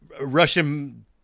Russian